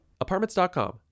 Apartments.com